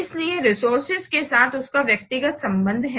इसलिए रिसोर्सेज के साथ उनका व्यक्तिगत संबंध है